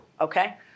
okay